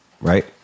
right